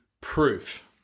proof